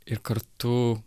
ir kartu